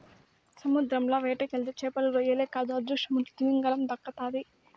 సముద్రంల వేటకెళ్తే చేపలు, రొయ్యలే కాదు అదృష్టముంటే తిమింగలం దక్కతాది